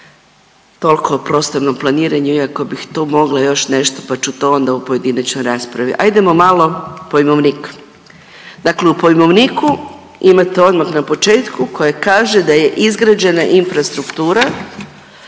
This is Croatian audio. Toliko o prostornom planiranju, iako bih tu mogla još nešto pa ću to onda u pojedinačnoj raspravi. Hajdemo malo pojmovnik. Dakle u pojmovniku imate odmah na početku koja kaže da je izgrađena infrastruktura